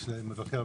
מבקר המדינה.